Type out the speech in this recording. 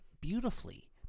beautifully